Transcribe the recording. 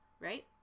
right